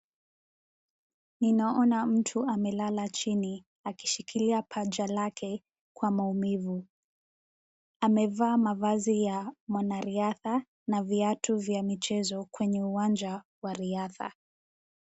Ninaona mtu amelala chini akishikilia paja lake kwa maumivu, amevaa mavazi ya mwanariadha na viatu vya michezo kwenye uwanaja wa riadha.